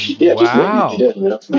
Wow